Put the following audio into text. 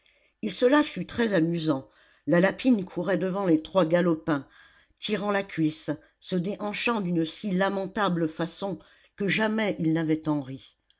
et cela fut très amusant la lapine courait devant les trois galopins tirant la cuisse se déhanchant d'une si lamentable façon que jamais ils n'avaient